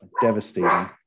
devastating